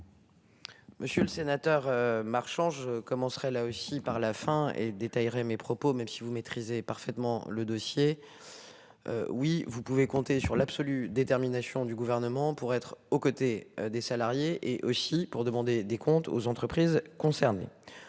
Monsieur le sénateur, marchant je commencerai là aussi par la fin et détaillerait mes propos, même si vous maîtrisez parfaitement le dossier. Oui, vous pouvez compter sur l'absolue détermination du gouvernement pour être aux côtés des salariés et aussi pour demander des comptes aux entreprises concernées.